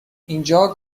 اینجا